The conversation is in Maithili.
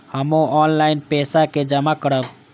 हमू ऑनलाईनपेसा के जमा करब?